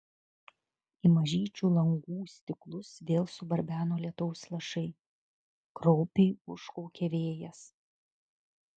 į mažyčių langų stiklus vėl subarbeno lietaus lašai kraupiai užkaukė vėjas